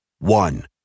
One